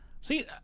See